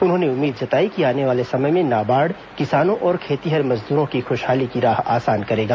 उन्होंने उम्मीद जताई कि आने वाले समय में नाबार्ड किसानों और खेतिहर मजदूरों की खुशहाली की राह आसान करेगा